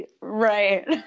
Right